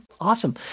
Awesome